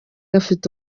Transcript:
bafite